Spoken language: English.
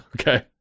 Okay